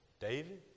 David